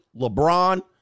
LeBron